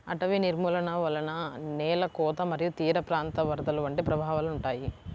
అటవీ నిర్మూలన వలన నేల కోత మరియు తీరప్రాంత వరదలు వంటి ప్రభావాలు ఉంటాయి